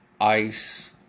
ICE